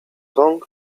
rąk